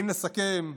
אם נסכם,